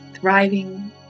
thriving